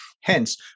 Hence